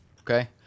Okay